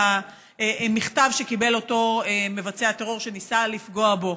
על המכתב שקיבל אותו מבצע הטרור שניסה לפגע בו.